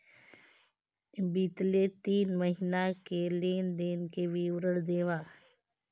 बितले तीन महीना के लेन देन के विवरण देवा?